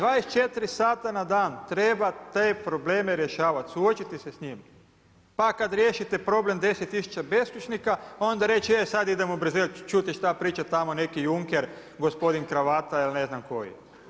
24 sata na dan treba te probleme rješavati suočiti se s njim, pa kada riješite problem 10 tisuća beskućnika onda reći, e sada idem u Bruxelles čuti šta priča tamo neki Juncker gospodin kravata ili ne znam koji.